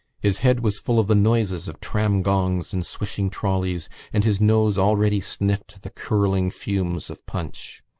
his head was full of the noises of tram-gongs and swishing trolleys and his nose already sniffed the curling fumes of punch.